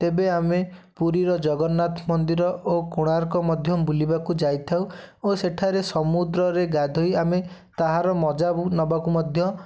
ତେବେ ଆମେ ପୁରୀର ଜଗନ୍ନାଥ ମନ୍ଦିର ଓ କୋଣାର୍କ ମଧ୍ୟ ବୁଲିବାକୁ ଯାଇଥାଉ ଓ ସେଠାରେ ସମୁଦ୍ରରେ ଗାଧୋଇ ଆମେ ତାହାର ମଜା ନେବାକୁ ମଧ୍ୟ